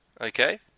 Okay